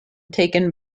taken